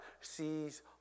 sees